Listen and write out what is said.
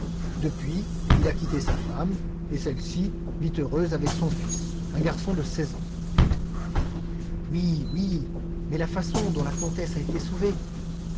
depuis il a quitté sa femme et celle-ci vit heureuse avec son fils un garçon de seize ans oui oui mais la façon dont la comtesse a été sauvée